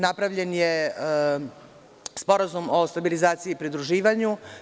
Napravljen je Sporazum o stabilizaciji i pridruživanju.